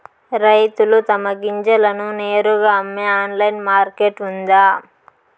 రైతులు తమ గింజలను నేరుగా అమ్మే ఆన్లైన్ మార్కెట్ ఉందా?